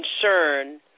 concern